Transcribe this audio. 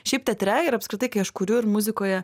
šiaip teatre ir apskritai kai aš kuriu ir muzikoje